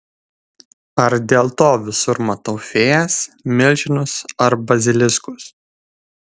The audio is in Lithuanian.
ar dėl to visur matau fėjas milžinus ar baziliskus